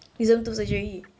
wisdom tooth surgery